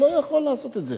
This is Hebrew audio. הוא לא יכול לעשות את זה.